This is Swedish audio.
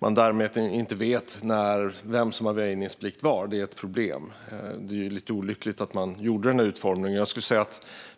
folk därmed inte vet vem som har väjningsplikt var. Detta är ett problem. Det är lite olyckligt att man gjorde denna utformning.